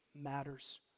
matters